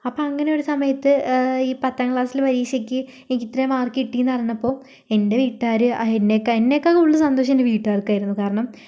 അപ്പോൾ അങ്ങനെ ഒരു സമയത്ത് ഈ പത്താം ക്ലാസ്സിലെ പരീക്ഷക്ക് എനിക്ക് ഇത്രയും മാർക്ക് കിടിയെന്നറിഞ്ഞപ്പോൾ എൻ്റെ വീട്ടുകാര് എന്നെ എന്നേക്കാൾ കൂടുതൽ സന്തോഷം എൻ്റെ വീട്ടുകാർക്കായിരിന്നു കാരണം